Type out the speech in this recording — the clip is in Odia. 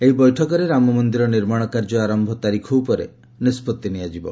ଏହି ବୈଠକରେ ରାମମନ୍ଦିର ନିର୍ମାଣ କାର୍ଯ୍ୟ ଆରମ୍ଭ ତାରିଖ ଉପରେ ନିଷ୍କଭି ନିଆଯିବ